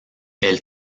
elle